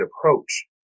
approach